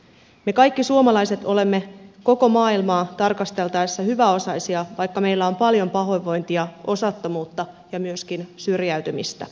me kaikki suomalaiset olemme koko maailmaa tarkasteltaessa hyväosaisia vaikka meillä on paljon pahoinvointia osattomuutta ja myöskin syrjäytymistä